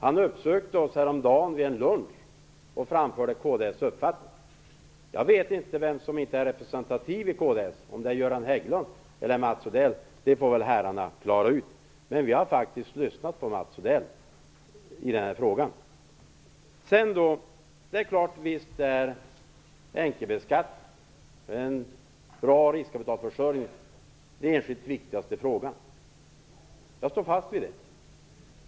Han uppsökte oss vid en lunch häromdagen och framförde kds uppfattning. Jag vet inte vem som inte är representativ i kds; om det är Göran Hägglund eller Mats Odell - det får väl herrarna klara ut själva. Vi har faktiskt lyssnat på Mats Odell i den här frågan. Visst hör enkelbeskattning och en bra riskkapitalförsörjning till de enskilt viktigaste frågorna. Det står jag fast vid.